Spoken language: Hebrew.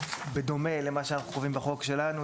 בדומה למה שאנחנו קובעים בחוק שלנו,